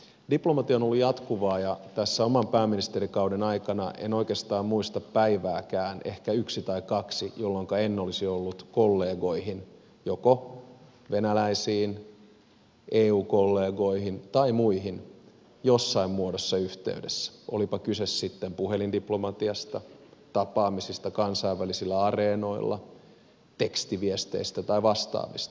diplomatia on ollut jatkuvaa ja tässä oman pääministerikauden aikana en oikeastaan muista päivääkään ehkä yksi tai kaksi jolloinka en olisi ollut kollegoihin joko venäläisiin eu kollegoihin tai muihin jossain muodossa yhteydessä olipa kyse sitten puhelindiplomatiasta tapaamisista kansainvälisillä areenoilla tekstiviesteistä tai vastaavista